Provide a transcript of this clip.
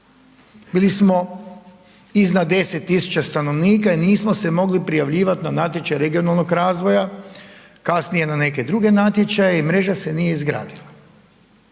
bili smo iznad 10.000 stanovnika i nismo se mogli prijavljivati na natječaj regionalnog razvoja, kasnije na neke druge natječaje i mreža se nije izgradila.